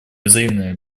взаимные